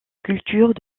cultures